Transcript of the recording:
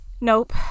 Nope